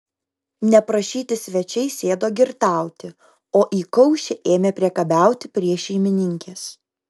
neprašyti svečiai sėdo girtauti o įkaušę ėmė priekabiauti prie šeimininkės